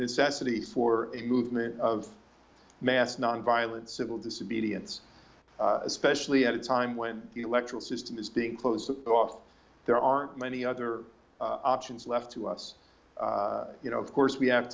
necessity for a movement of mass nonviolent civil disobedience especially at a time when the electoral system is being closed off there aren't many other options left to us you know of course we have